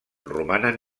romanen